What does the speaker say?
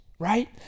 Right